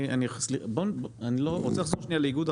אני רוצה לחזור שנייה לאיגוד ערים כנרת.